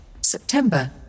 September